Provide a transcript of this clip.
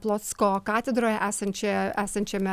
plocko katedroje esančią esančiame